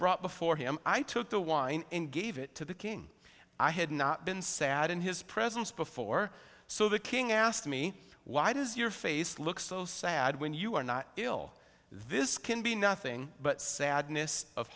brought before him i took the wine and gave it to the king i had not been sad in his presence before so the king asked me why does your face look so sad when you are not ill this can be nothing but sadness of